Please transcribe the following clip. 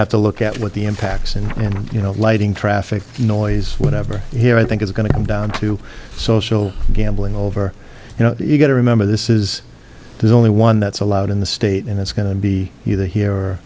have to look at what the impacts and you know lighting traffic noise whatever here i think is going to come down to social gambling over you know you've got to remember this is the only one that's allowed in the state and it's going to be either here or